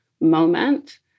moment